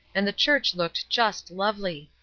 and the church looked just lovely.